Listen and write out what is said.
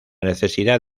necesidad